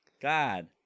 God